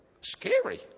Scary